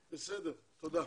בסדר, תודה.